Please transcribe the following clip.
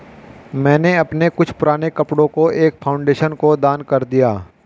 मैंने अपने कुछ पुराने कपड़ो को एक फाउंडेशन को दान कर दिया